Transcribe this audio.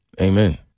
Amen